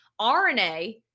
RNA